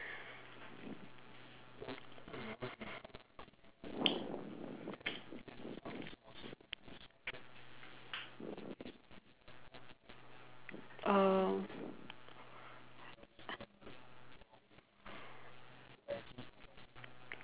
um